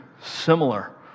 similar